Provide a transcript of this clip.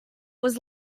was